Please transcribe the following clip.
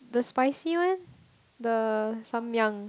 the spicy one the Samyang